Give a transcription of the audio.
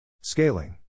Scaling